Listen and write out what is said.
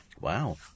Wow